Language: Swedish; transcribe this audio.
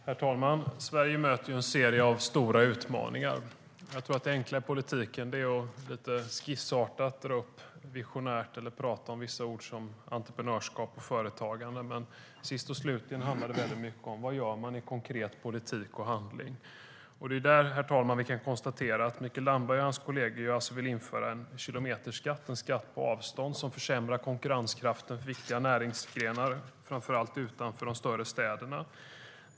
Herr talman! Sverige möter en serie av stora utmaningar. Jag tror att det enkla i politiken är att lite skissartat dra upp visioner eller tala om vissa ord som entreprenörskap och företagande. Men slutligen handlar det mycket om vad man gör i konkret politik och handling. Herr talman! Där kan vi konstatera att Mikael Damberg och hans kollegor vill införa en kilometerskatt, en skatt på avstånd, som försämrar konkurrenskraften för viktiga näringsgrenar framför allt utanför de större städerna.